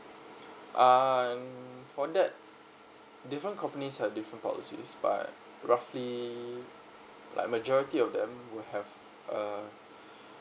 uh and for that different companies have different policies but roughly like majority of them will have a